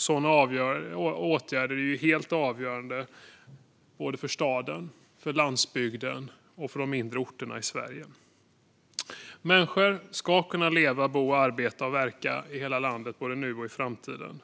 Sådana åtgärder är helt avgörande för såväl stad och landsbygd som de mindre orterna i Sverige. Människor ska kunna leva, bo, arbeta och verka i hela landet både nu och i framtiden.